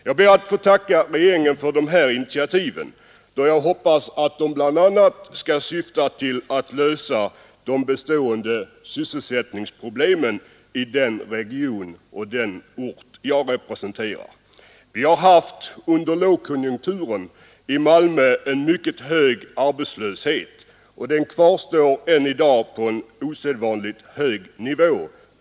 Jag ber att få tacka regeringen för dessa initiativ — då jag hoppas att de bl.a. skall bidra till att lösa de bestående sysselsättningsproblemen i den region och den ort som jag representerar. Vi har under lågkonjunkturen i Malmö haft en mycket hög arbetslöshet, och den kvarstår än i dag på en osedvanligt hög nivå.